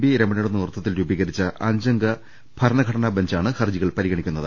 V Ramana യുടെ നേതൃത്വത്തിൽ രൂപീകരിച്ച അഞ്ചംഗ ഭരണഘടനാ ബെഞ്ചാണ് ഹർജി കൾ പരിഗണിക്കുന്നത്